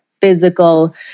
physical